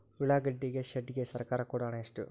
ಉಳ್ಳಾಗಡ್ಡಿ ಶೆಡ್ ಗೆ ಸರ್ಕಾರ ಕೊಡು ಹಣ ಎಷ್ಟು?